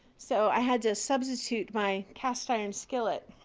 so i had to substitute my cast-iron skillet.